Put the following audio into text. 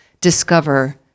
discover